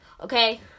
Okay